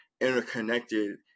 interconnected